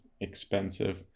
expensive